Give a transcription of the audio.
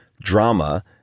drama